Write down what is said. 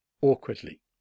awkwardly